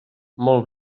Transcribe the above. molt